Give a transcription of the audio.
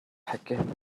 packed